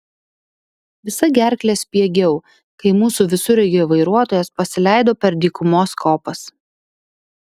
visa gerkle spiegiau kai mūsų visureigio vairuotojas pasileido per dykumos kopas